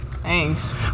Thanks